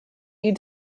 you